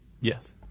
Yes